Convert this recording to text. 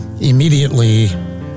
immediately